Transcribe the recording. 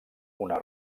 una